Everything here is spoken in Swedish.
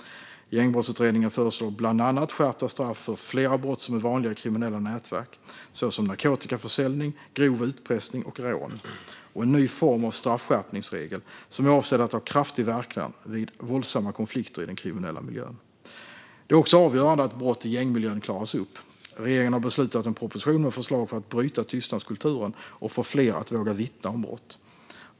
Gängbrottsutredningen föreslår bland annat skärpta straff för flera brott som är vanliga i kriminella nätverk, såsom narkotikaförsäljning, grov utpressning och rån, och en ny form av straffskärpningsregel som är avsedd att ha kraftig verkan vid våldsamma konflikter i den kriminella miljön. Det är också avgörande att brott i gängmiljön klaras upp. Regeringen har beslutat om en proposition med förslag för att bryta tystnadskulturen och få fler att våga vittna om brott.